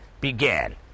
began